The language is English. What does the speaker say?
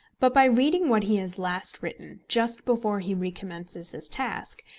but by reading what he has last written, just before he recommences his task,